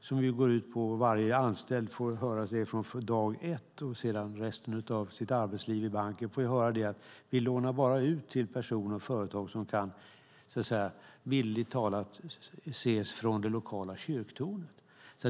Den får varje anställd höra från dag ett och hela resten av sitt arbetsliv i banken: Vi lånar bara ut till personer och företag som, bildligt talat, kan ses från det lokala kyrktornet.